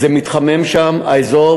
מתחמם שם האזור,